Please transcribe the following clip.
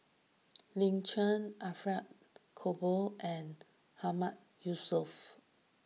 Lin Chen Alfred Cooper and Mahmood Yusof